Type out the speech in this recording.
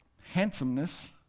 handsomeness